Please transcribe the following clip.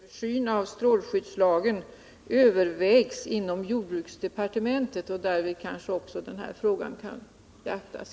Fru talman! Jag kan bara komplettera med att säga att en översyn av strålskyddslagen övervägs inom jordbruksdepartementet. Därvid kanske också den här frågan kan beaktas.